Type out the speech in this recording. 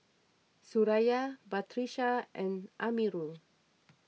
Suraya Batrisya and Amirul